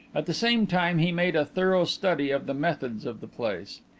at the same time he made a thorough study of the methods of the place.